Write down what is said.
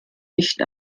nicht